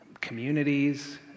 communities